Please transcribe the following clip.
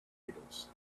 beatles